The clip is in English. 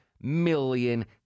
million